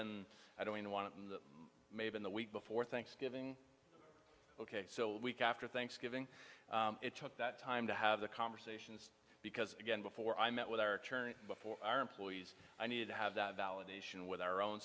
been i don't want to know may have in the week before thanksgiving ok so week after thanksgiving it took that time to have the conversations because again before i met with our attorney before our employees i needed to have that validation with our own